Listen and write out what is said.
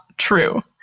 true